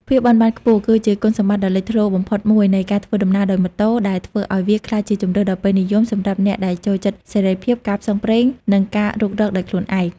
ភាពបត់បែនខ្ពស់ គឺជាគុណសម្បត្តិដ៏លេចធ្លោបំផុតមួយនៃការធ្វើដំណើរដោយម៉ូតូ ដែលធ្វើឱ្យវាក្លាយជាជម្រើសដ៏ពេញនិយមសម្រាប់អ្នកដែលចូលចិត្តសេរីភាព ការផ្សងព្រេង និងការរុករកដោយខ្លួនឯង។